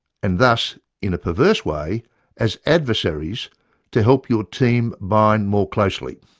and thus in a perverse way as adversaries to help your team bind more closely.